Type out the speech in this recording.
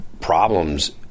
problems